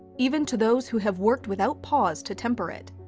even to those who have worked without pause to temper it.